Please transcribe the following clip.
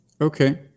Okay